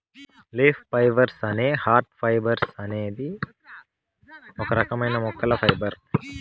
leaf fibres లేదా hard fibres అనేది ఒక రకమైన మొక్కల ఫైబర్